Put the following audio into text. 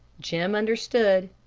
jim understood.